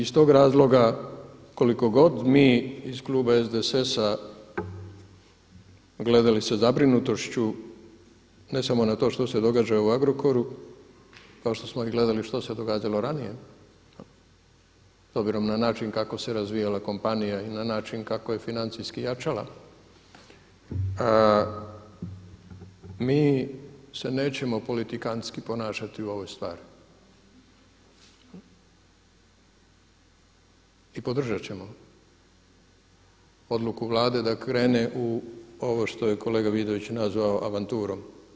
I iz tog razloga koliko god mi iz kluba SDSS-a gledali sa zabrinutošću ne samo na to što se događa u Agrokor, kao što smo gledali što se događalo ranije, s obzirom na način kako se razvijala kompanija i na način kako je financijski jačala, mi se nećemo politikantski ponašati u ovoj stvari i podržat ćemo odluku Vlade da krene u ovo što je kolega Vidović nazvao, avanturom.